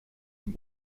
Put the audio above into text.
dem